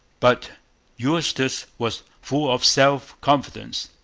but eustis was full of self-confidence.